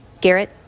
Garrett